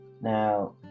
now